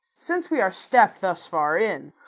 since we are stepp'd thus far in,